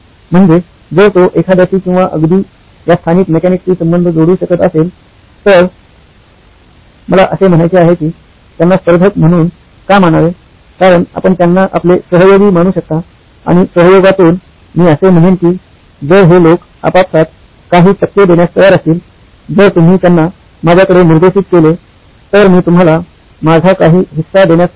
म्हणजे जर तो एखाद्याशी किंवा अगदी या स्थानिक मेकॅनिकशी संबंध जोडू शकत असेल तर मला असे म्हणायचे आहे की त्यांना स्पर्धक म्हणून का मानावे कारण आपण त्यांना आपले सहयोगी मानू शकता आणि सहयोगातून मी असे म्हणेन कि जर हे लोकआपापसात काही टक्के देण्यास तयार असतील जर तुम्ही त्यांना माझ्याकडे निर्देशित केले तर मी तुम्हाला माझा काही हिस्सा देण्यास तयार आहे